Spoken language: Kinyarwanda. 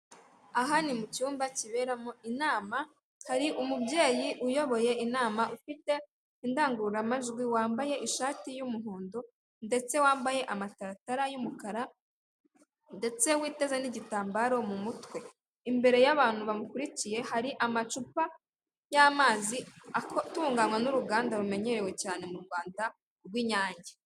Aha ni mu cyumba kiberamo inama, hari umubyeyi uyoboye inama ufite indangururamajwi wambaye ishati y'umuhondo ndetse wambaye amataratara y'umukara, ndetse witeze n'igitambaro mu mutwe, imbere y'abantu bamukurikiye hari amacupa y'amazi atunganywa n'uruganda rumenyerewe cyane mu Rwanda rw'Inyange.